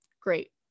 Great